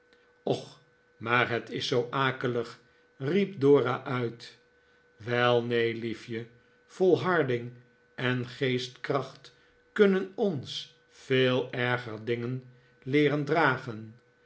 och maar het is zoo akelig riep dora uit wel neen liefje volharding en geestkracht kunnen ons veel erger dingen leeren dragen